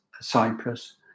Cyprus